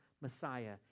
Messiah